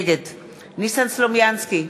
נגד ניסן סלומינסקי,